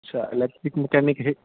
ਅੱਛਾ electric mechanic ਇਹ